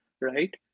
Right